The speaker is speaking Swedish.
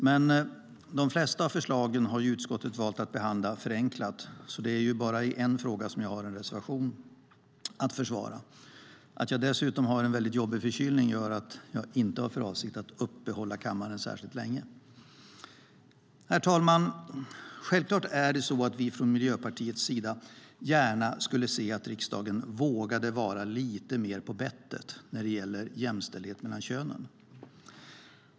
Men utskottet har valt att behandla de flesta av förslagen förenklat, så det är bara i en fråga som jag har en reservation att försvara. Att jag dessutom har en jobbig förkylning gör att jag inte har för avsikt att uppehålla kammaren särskilt länge. Herr talman! Från Miljöpartiets sida skulle vi självklart gärna se att riksdagen vågade vara lite mer på bettet när det gäller jämställdhet mellan könen.